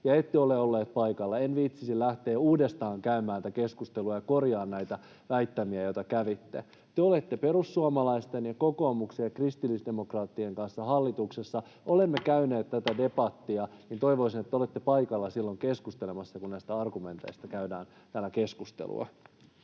ja ette ole olleet paikalla. En viitsisi lähteä uudestaan käymään tätä keskustelua ja korjaamaan näitä väittämiä, joita kävitte. Te olette perussuomalaisten ja kokoomuksen ja kristillisdemokraattien kanssa hallituksessa. Kun olemme käyneet tätä debattia, niin toivoisin, että olette paikalla keskustelemassa silloin, kun näistä argumenteista käydään täällä keskustelua.